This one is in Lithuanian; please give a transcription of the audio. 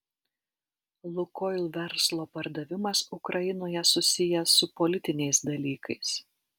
lukoil verslo pardavimas ukrainoje susijęs su politiniais dalykais